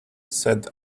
said